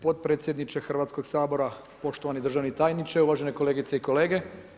potpredsjedniče Hrvatskog sabora, poštovani državni tajniče, uvažene kolegice i kolege.